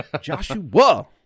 Joshua